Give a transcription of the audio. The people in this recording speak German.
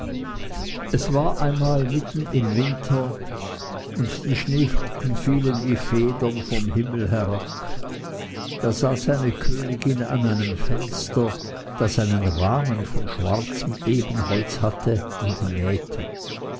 es war einmal mitten im winder und die schneeflocken fielen wie federn vom himmel herab da saß eine königin an einem fenster das einen rahmen von schwarzem ebenholz hatte und nähte